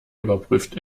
überprüft